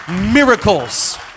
miracles